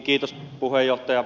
puheenjohtaja